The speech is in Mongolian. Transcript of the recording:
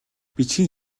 бичгийн